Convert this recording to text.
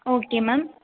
okay ma'am